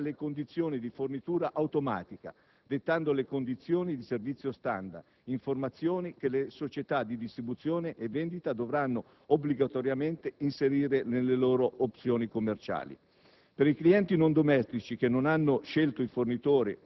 L'Autorità per l'energia elettrica e il gas disciplinerà le condizioni di "fornitura automatica", dettando le condizioni di servizio *standard*, informazioni che le società di distribuzione e vendita dovranno obbligatoriamente inserire nelle loro opzioni commerciali.